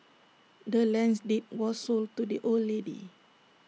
the land's deed was sold to the old lady